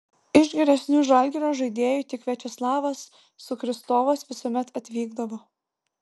iš geresnių žalgirio žaidėjų tik viačeslavas sukristovas visuomet atvykdavo